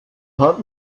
hat